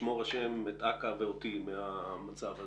ישמור ה' את אכ"א ואותי מהמצב הזה,